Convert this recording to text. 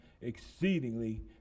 exceedingly